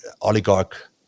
oligarch